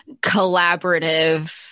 collaborative